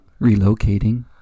Relocating